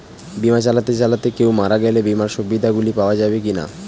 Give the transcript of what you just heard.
বিমা চালাতে চালাতে কেও মারা গেলে বিমার সুবিধা গুলি পাওয়া যাবে কি না?